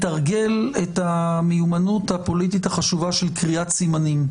שנתרגל את המיומנות הפוליטית החשובה של קריאת סימנים.